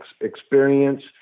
experience